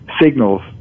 signals